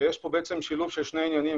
ויש פה שילוב של שני עניינים,